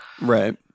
Right